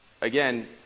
again